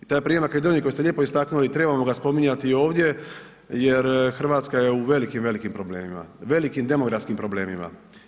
I taj primjer Makedonije koji ste lijepo istaknuli, trebamo ga spominjati i ovdje jer Hrvatska je u velikim, velikim problemima, velikim demografskim problemima.